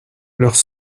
leurs